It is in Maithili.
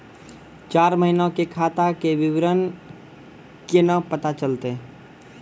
चार महिना के खाता के विवरण केना पता चलतै?